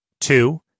Two